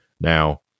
Now